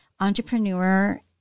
entrepreneur